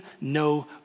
no